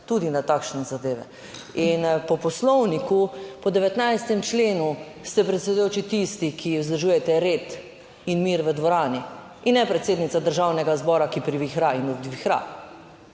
tudi na takšne zadeve in po Poslovniku, po 19. členu, ste predsedujoči tisti, ki vzdržujete red in mir v dvorani, in ne predsednica Državnega zbora, ki privihra in odvihra,